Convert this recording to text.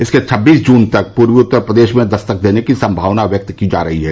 इसके छबीस जून तक पूर्वी उत्तर प्रदेश में दस्तक देने की सम्भावना व्यक्त की जा रही है